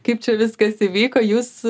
kaip čia viskas įvyko jūs